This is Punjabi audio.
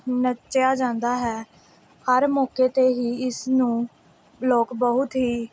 ਨੱਚਿਆ ਜਾਂਦਾ ਹੈ ਹਰ ਮੌਕੇ 'ਤੇ ਹੀ ਇਸ ਨੂੰ ਲੋਕ ਬਹੁਤ ਹੀ